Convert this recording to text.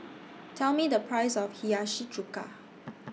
Tell Me The Price of Hiyashi Chuka